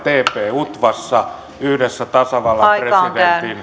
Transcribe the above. utvassa yhdessä tasavallan presidentin